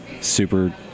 Super